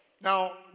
Now